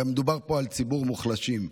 הרי מדובר פה על ציבור מוחלשים.